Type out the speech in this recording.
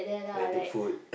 when take food